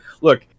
look